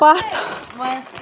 پَتھ